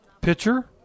pitcher